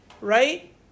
right